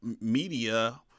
media